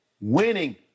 winning